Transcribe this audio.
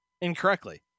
Incorrectly